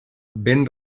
vent